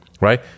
Right